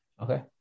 okay